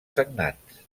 sagnants